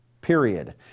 period